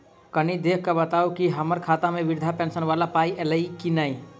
कनि देख कऽ बताऊ न की हम्मर खाता मे वृद्धा पेंशन वला पाई ऐलई आ की नहि?